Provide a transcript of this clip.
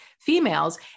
females